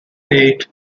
eight